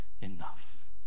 enough